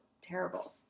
terrible